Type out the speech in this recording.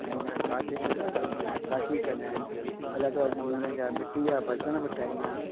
ऐं इन कातियुनि जे कपिड़नि ते नक़ाशी कंदा आहिनि अलॻि अलॻि नमूने जा मिटी जा बर्तन बि ठाहींदा आहिनि